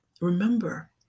remember